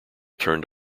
turned